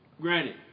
Granted